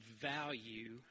value